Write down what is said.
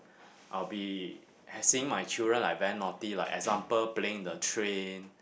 I will be seeing my children like very naughty like example playing in the train